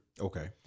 Okay